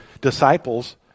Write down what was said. disciples